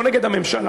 לא נגד הממשלה.